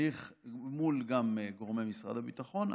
גם מול גורמי משרד הביטחון,